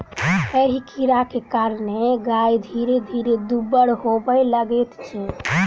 एहि कीड़ाक कारणेँ गाय धीरे धीरे दुब्बर होबय लगैत छै